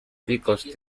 picos